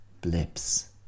blips